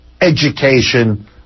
education